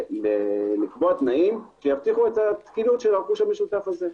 לקבוע תנאים שיבטיחו את התקינות של הרכוש המשותף הזה.